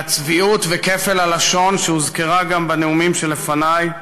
והצביעות וכפל הלשון, שהוזכרו גם בנאומים שלפני,